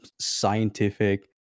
scientific